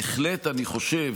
אני בהחלט חושב,